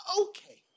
okay